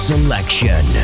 Selection